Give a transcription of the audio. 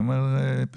אני אומר פילוסופיות.